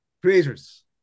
Creators